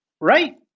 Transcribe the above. Right